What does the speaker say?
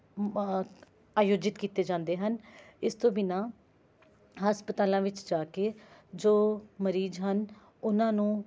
ਆਯੋਜਿਤ ਕੀਤੇ ਜਾਂਦੇ ਹਨ ਇਸ ਤੋਂ ਬਿਨਾਂ ਹਸਪਤਾਲਾਂ ਵਿੱਚ ਜਾ ਕੇ ਜੋ ਮਰੀਜ਼ ਹਨ ਉਹਨਾਂ ਨੂੰ